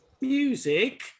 Music